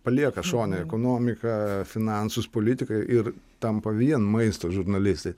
palieka šone ekonomiką finansus politiką ir tampa vien maisto žurnalistais